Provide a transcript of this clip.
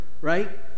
right